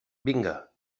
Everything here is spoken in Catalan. vinga